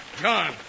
John